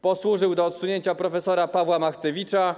Posłużył do odsunięcia prof. Pawła Machcewicza.